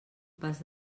pas